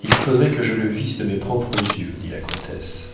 il faudrait que je le visse de mes propres yeux dit la comtesse